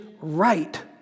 right